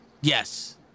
Yes